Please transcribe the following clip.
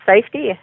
safety